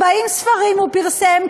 40 ספרים הוא פרסם,